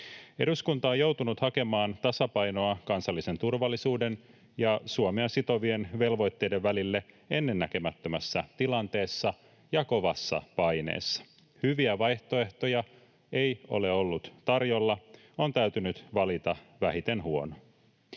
Eduskunta on joutunut hakemaan tasapainoa kansallisen turvallisuuden ja Suomea sitovien velvoitteiden välille ennennäkemättömässä tilanteessa ja kovassa paineessa. Hyviä vaihtoehtoja ei ole ollut tarjolla. On täytynyt valita vähiten huono.